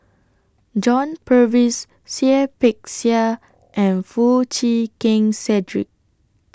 John Purvis Seah Peck Seah and Foo Chee Keng Cedric